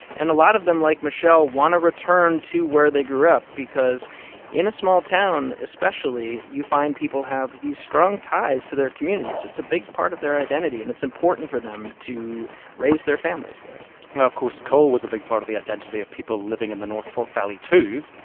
and a lot of them, like michelle, want to return to where they grew up because in a small town especially, you find people have these strong ties to their communities. it's a big part of their identity. and it's important for them to raise their families there well, of course, coal was a big part of the identity of people living in the north fork valley, too.